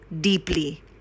deeply